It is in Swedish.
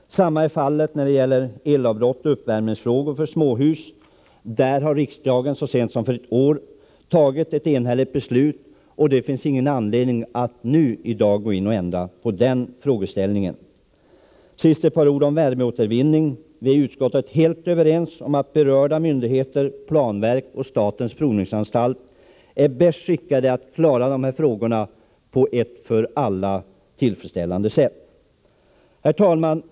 Detsamma är fallet med motionerna om elavbrott och uppvärmning i småhus. Riksdagen har så sent som för ett år sedan tagit ett enhälligt beslut på den punkten, och det finns ingen anledning att i dag ändra på gällande system. Sist ett par ord om värmeåtervinning. I utskottet är vi helt överens om att berörda myndigheter, planverket och statens provningsanstalt, är bäst skickade att klara de här frågorna på ett för alla tillfredsställande sätt. Herr talman!